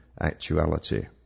actuality